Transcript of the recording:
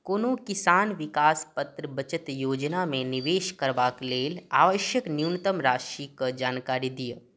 कोनो किसान विकासपत्र बचत योजनामे निवेश करबाके लेल आवश्यक न्यूनतम राशिके जानकारी दिअऽ